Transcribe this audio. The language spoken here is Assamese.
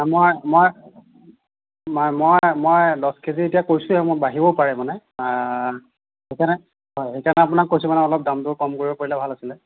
মই মই নাই মই মই দহ কেজি এতিয়া কৈছোঁহে মোৰ বাঢ়িবও পাৰে মানে সেইকাৰণে হয় সেইকাৰণে আপোনাক কৈছোঁ মানে অলপ দামটো কম কৰিব পাৰিলে ভাল আছিল